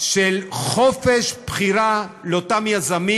של חופש בחירה לאותם יזמים,